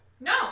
No